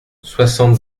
soixante